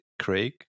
Craig